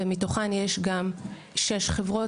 ומתוכן יש גם 6 חברות,